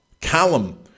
Callum